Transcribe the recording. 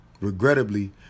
Regrettably